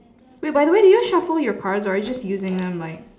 wait by the way did you shuffle your cards or are you just using them like